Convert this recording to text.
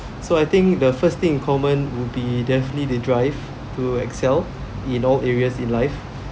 so I think the first thing in common would be definitely they drive to excel in all areas in life